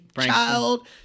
child